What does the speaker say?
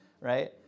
right